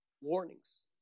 warnings